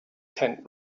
tent